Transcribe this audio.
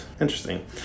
Interesting